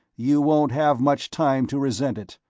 you won't have much time to resent it.